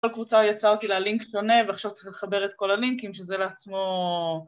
כל קבוצה יצרתי לה לינק שונה ועכשיו צריך לחבר את כל הלינקים שזה לעצמו...